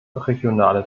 regionale